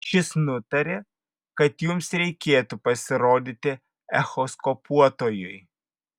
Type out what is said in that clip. šis nutarė kad jums reikėtų pasirodyti echoskopuotojui